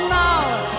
now